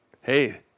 hey